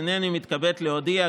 הינני מתכבד להודיע,